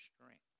strength